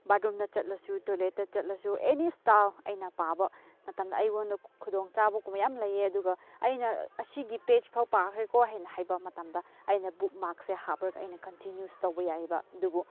ꯕꯥꯠꯔꯣꯝꯗ ꯆꯠꯂꯁꯨ ꯇꯣꯏꯂꯦꯠꯇ ꯆꯠꯂꯁꯨ ꯑꯦꯅꯤ ꯏꯁꯇꯥꯏꯜ ꯑꯩꯅ ꯄꯥꯕ ꯃꯇꯝꯗ ꯑꯩꯉꯣꯟꯗ ꯈꯨꯗꯣꯡꯆꯥꯕꯒꯨꯝꯕ ꯃꯌꯥꯝ ꯂꯩꯌꯦ ꯑꯗꯨꯒ ꯑꯩꯅ ꯑꯁꯤꯒꯤ ꯄꯦꯖ ꯐꯥꯎ ꯄꯥꯈ꯭ꯔꯦꯀꯣ ꯍꯥꯏꯅ ꯍꯥꯏꯕ ꯃꯇꯝꯗ ꯑꯩꯅ ꯕꯨꯛꯃꯥꯛꯁꯦ ꯍꯥꯞꯂꯒ ꯑꯩꯅ ꯀꯟꯇꯤꯅ꯭ꯌꯨꯁ ꯇꯧꯕ ꯌꯥꯏꯌꯦꯕ ꯑꯗꯨꯕꯨ